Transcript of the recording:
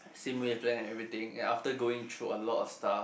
same wavelength and everything and after going through a lot of stuff